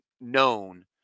known